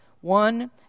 One